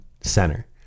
center